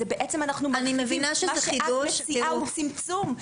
את מציעה צמצום.